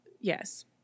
yes